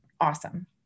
awesome